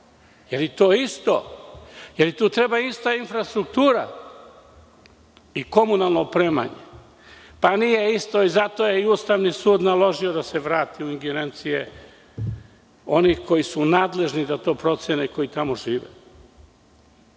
li je to isto, da li treba ista infrastruktura i komunalno opremanje? Nije isto i zato je Ustavni sud naložio da se vrate ingerencije onih koji su nadležni da to procene i koji tamo žive. Ovde